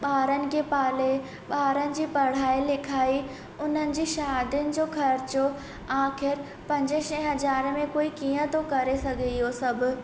ॿारनि खे पाले ॿारनि जी पढ़ाई लिखाई उन्हनि जी शादियुनि जो ख़र्चो आख़िरि पंजे छहे हज़ारे में कोई कीअं थो करे सघे इहो सभु